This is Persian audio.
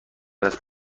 است